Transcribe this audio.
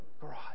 garage